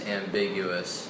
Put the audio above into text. ambiguous